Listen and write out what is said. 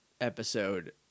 episode